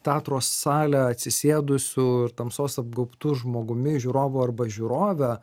teatro salę atsisėdusiu ir tamsos apgaubtu žmogumi žiūrovu arba žiūrove